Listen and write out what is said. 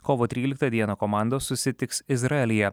kovo tryliktą dieną komandos susitiks izraelyje